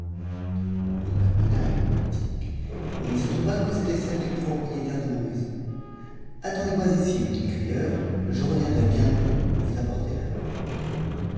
il me mena à une boutique et il se trouva que c'était celle du propriétaire de ma maison attendez-moi ici me dit le crieur je reviendrai bientôt vous apporter la réponse